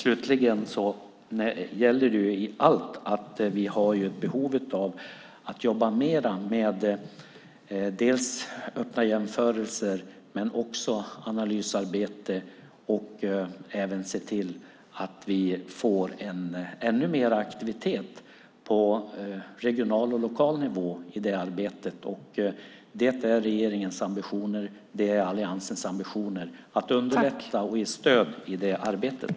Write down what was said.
Vi har i allt ett behov av att jobba mer med öppna jämförelser och analysarbete. Vi ska se till att få ännu mer aktivitet på regional och lokal nivå i arbetet. Det är regeringens och Alliansens ambitioner att underlätta och ge stöd i det arbetet.